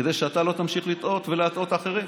כדי שאתה לא תמשיך לטעות ולהטעות אחרים.